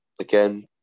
again